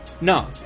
No